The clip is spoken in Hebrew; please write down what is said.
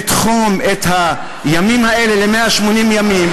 לתחום את הימים האלה ל-180 ימים?